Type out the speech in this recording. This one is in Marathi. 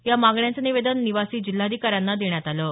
या मागण्यांचं निवेदन निवासी जिल्हाधिकाऱ्यांना देण्यात आलं आहे